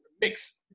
mix